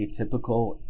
atypical